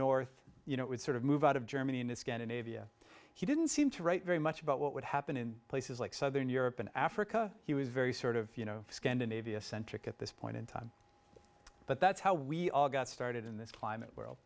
north you know it would sort of move out of germany and scandinavia he didn't seem to write very much about what would happen in places like southern europe and africa he was very sort of you know scandinavia centric at this point in time but that's how we all got started in this climate world